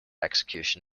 execution